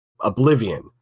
Oblivion